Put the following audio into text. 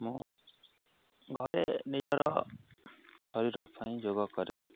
ମୁଁ ଘରେ ନିଜର ଶରୀର ପାଇଁ ଯୋଗ କରେ